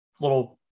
little